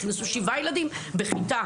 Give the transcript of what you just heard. הכניסו שבעה ילדים בכיתה,